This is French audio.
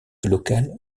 local